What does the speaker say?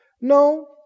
No